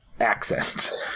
accent